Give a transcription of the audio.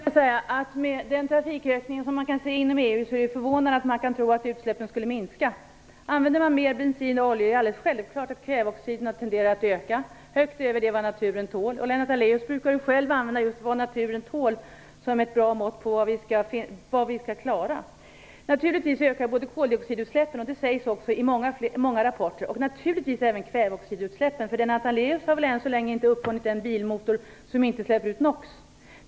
Fru talman! Med den trafikökning som man kan se inom EU, är det förvånande att man kan tro att utsläppen skulle minska. Om man använder mer bensin och olja, är det alldeles självklart att kväveoxiderna tenderar att öka högt över det som naturen tål. Lennart Daléus brukar ju själv använda uttrycket "vad naturen tål" som ett bra mått på vad vi skall klara. Naturligtvis ökar både koldioxidutsläppen, vilket framgår av många rapporter, och kväveoxidutsläppen. Lennart Daléus har väl än så länge inte uppfunnit den bilmotor som inte släpper ut NOx.